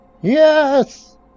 Yes